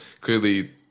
clearly